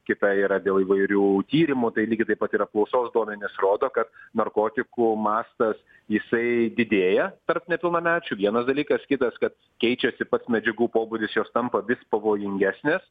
kita yra dėl įvairių tyrimų tai lygiai taip pat ir apklausos duomenys rodo kad narkotikų mastas jisai didėja tarp nepilnamečių vienas dalykas kitas kad keičiasi pats medžiagų pobūdis jos tampa vis pavojingesnės